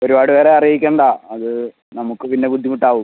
ഒരുപാട് പേരെ അറിയിക്കേണ്ട അത് നമുക്ക് പിന്നെ ബുദ്ധിമുട്ട് ആവും